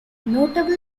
notable